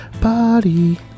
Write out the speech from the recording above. body